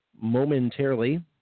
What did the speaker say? momentarily